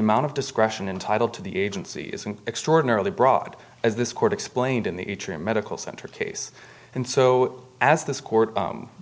amount of discretion in title to the agency is an extraordinarily broad as this court explained in the atrium medical center case and so as this court